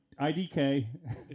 IDK